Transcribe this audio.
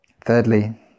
Thirdly